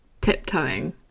tiptoeing